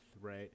right